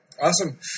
Awesome